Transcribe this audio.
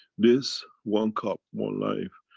this one cup one life,